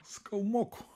sakau moku